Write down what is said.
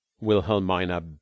Wilhelmina